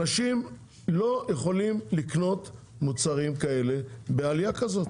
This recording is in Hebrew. אנשים לא יכולים לקנות מוצרים כאלה בעלייה כזאת,